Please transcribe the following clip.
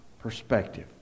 perspective